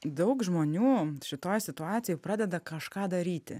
daug žmonių šitoj situacijoj pradeda kažką daryti